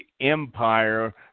Empire